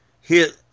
hit